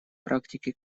практике